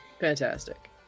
fantastic